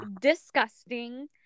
disgusting